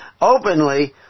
openly